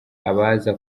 abaza